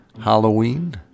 Halloween